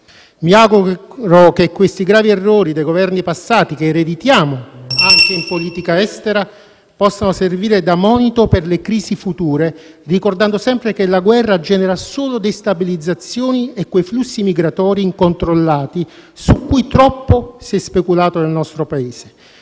Mi auguro che questi gravi errori dei governi passati, che ereditiamo anche in politica estera, possano servire da monito per le crisi future, ricordando sempre che la guerra genera solo destabilizzazioni e quei flussi migratori incontrollati su cui troppo si è speculato nel nostro Paese.